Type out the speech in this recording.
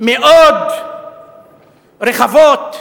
מאוד רחבות,